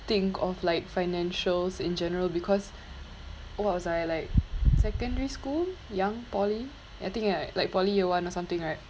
think of like financials in general because what was I like secondary school young poly I think like poly year one or something right